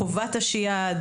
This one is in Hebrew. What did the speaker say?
חובת השיהאד,